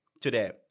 today